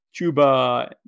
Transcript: Chuba